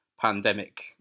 pandemic